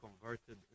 converted